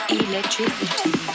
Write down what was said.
electricity